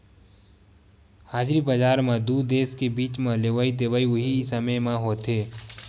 हाजिरी बजार म दू देस के बीच म लेवई देवई उहीं समे म होथे